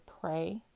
pray